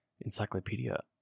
encyclopedia